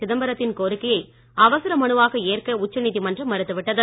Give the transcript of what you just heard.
சிதம்பரத்தின் கோரிக்கையை அவசர மனுவாக ஏற்க உச்சநீதிமன்றம் மறுத்துவிட்டது